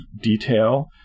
detail